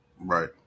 Right